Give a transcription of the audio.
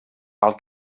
pel